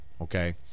Okay